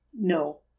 No